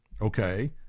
okay